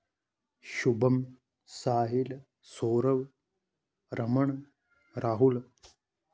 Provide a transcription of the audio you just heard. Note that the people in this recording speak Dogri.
शुभम साहिल सौरव रमन राहुल